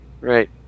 right